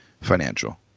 financial